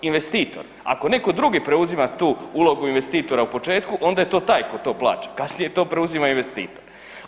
Investitor, ako netko drugi preuzima tu ulogu investitora u početku onda je to taj koji to plaća, kasnije to preuzima investitor.